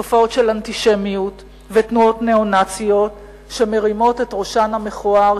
תופעות של אנטישמיות ותנועות ניאו-נאציות שמרימות את ראשן המכוער,